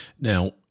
Now